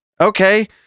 Okay